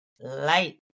light